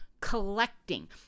collecting